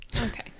Okay